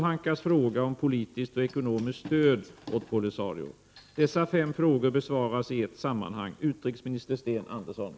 Ämnar regeringen vidta några åtgärder för att försöka förmå Marocko att fortsätta dialogen med Polisario för förhandlingar om eldupphör och folkomröstning, där det västsahariska folket självt får bestämma om sin framtid?